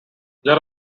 there